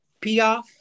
Piaf